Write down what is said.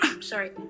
sorry